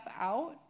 out